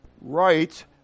right